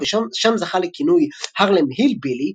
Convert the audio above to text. שם זכה לכינוי "הארלם הילבילי",